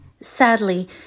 Sadly